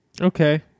Okay